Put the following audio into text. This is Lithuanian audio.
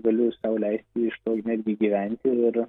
galiu ir sau leisti iš to netgi gyventi ir